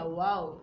wow